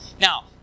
Now